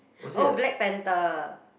oh Black-Panther